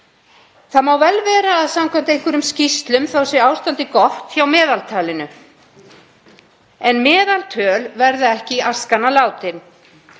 Það má vel vera að samkvæmt einhverjum skýrslum sé ástandið gott hjá meðaltalinu en meðaltöl verða ekki í askana látin.